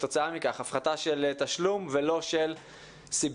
וכתוצאה מכך הפחתה של תשלום ולא של סבסוד,